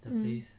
mm